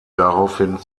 daraufhin